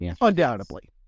Undoubtedly